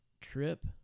trip